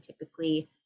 typically